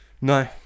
No